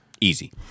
easy